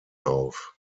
auf